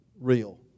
real